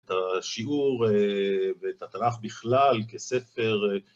את השיעור ואת התנ"ך בכלל כספר